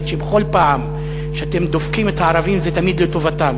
שבכל פעם שאתם דופקים את הערבים זה תמיד לטובתם,